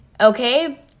Okay